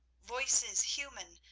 voices human,